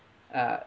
uh